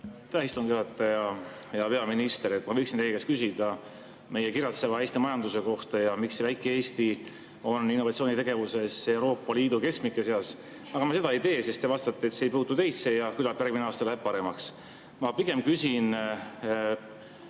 istungi juhataja! Hea peaminister! Ma võiksin teie käest küsida meie kiratseva Eesti majanduse kohta ja et miks väike Eesti on innovatsioonitegevuses Euroopa Liidu keskmike seas, aga ma seda ei tee, sest te vastaksite, et see ei puutu teisse ja küllap järgmine aasta läheb paremaks. Ma pigem küsin